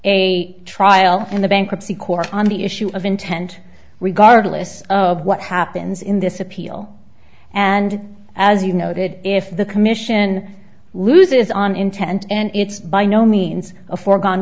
a trial in the bankruptcy court on the issue of intent regardless of what happens in this appeal and as you noted if the commission loses on intent and it's by no means a foregone